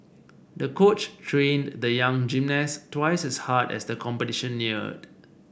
the coach trained the young gymnast twice as hard as the competition neared